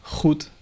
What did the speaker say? goed